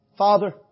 Father